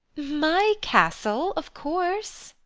my castle, of course.